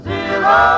Zero